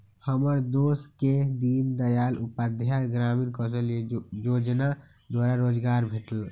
हमर दोस के दीनदयाल उपाध्याय ग्रामीण कौशल जोजना द्वारा रोजगार भेटल